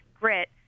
grit